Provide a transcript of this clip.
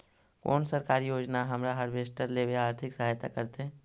कोन सरकारी योजना हमरा हार्वेस्टर लेवे आर्थिक सहायता करतै?